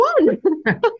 one